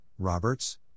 Roberts